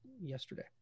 yesterday